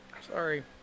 Sorry